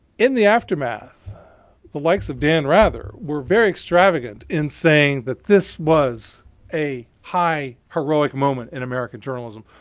in the aftermath the likes of dan rather were very extravagant in saying that this was a high heroic moment in american journalism.